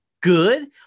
good